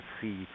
see